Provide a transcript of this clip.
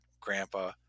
grandpa